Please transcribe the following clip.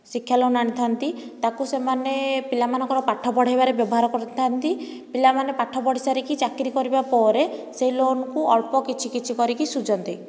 ଶିକ୍ଷା ଲୋନ୍ ଆଣିଥାନ୍ତି ତାକୁ ସେମାନେ ପିଲାମାନଙ୍କର ପାଠ ପଢ଼ାଇବାରେ ବ୍ୟବହାର କରିଥାନ୍ତି ପିଲାମାନେ ପାଠ ପଢ଼ି ସାରିକି ଚାକିରି କରିବା ପରେ ସେହି ଲୋନ୍କୁ ଅଳ୍ପ କିଛି କିଛି କରିକି ସୁଝନ୍ତି